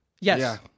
Yes